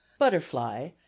butterfly